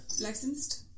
licensed